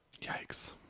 Yikes